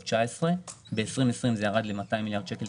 2019 וב-2020 ירד ל-200 מיליארד שקל,